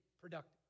productive